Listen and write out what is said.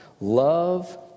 Love